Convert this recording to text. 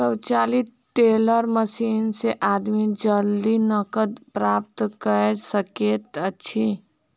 स्वचालित teller machine से आदमी जल्दी नकद प्राप्त कय सकैत अछि